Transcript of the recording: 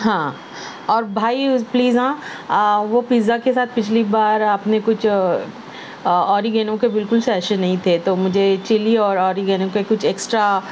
ہاں اور بھائی اس پلیز وہ پیزا کے ساتھ پچھلی بار آپ نے کچھ آریگینو کے بالکل سیشے نہیں تھے تو مجھے چلی اور آریگینو کے کچھ ایکسٹرا